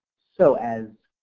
so as